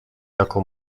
jako